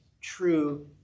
true